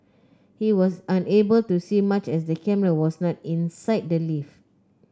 he was unable to see much as the camera was not inside the lift